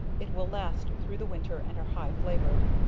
it will last thro' the winter, and are high flavored.